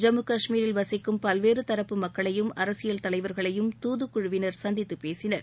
ஜம்மு காஷ்மீரில் வசிக்கும் பல்வேறு தரப்பு மக்களையும் அரசியல் தலைவர்களையும் தூதுக்குழுவினர் சந்தித்து பேசினர்